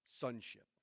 sonship